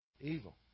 evil